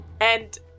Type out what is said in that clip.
And-